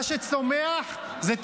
מה שצומח זה טרור.